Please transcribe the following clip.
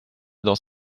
dans